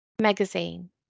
Magazine